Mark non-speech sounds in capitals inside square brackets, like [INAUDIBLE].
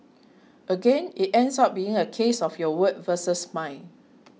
[NOISE] again it ends up being a case of your word versus mine